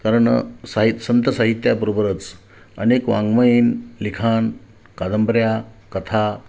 कारण साहि संत साहित्याबरोबरच अनेक वाङमयीन लिखाण कादंबऱ्या कथा